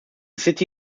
city